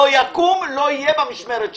זה לא יקום ולא יהיה במשמרת שלי.